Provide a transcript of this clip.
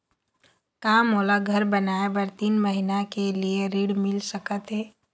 का मोला घर बनाए बर तीन महीना के लिए ऋण मिल सकत हे?